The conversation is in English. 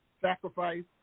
sacrifice